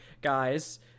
guys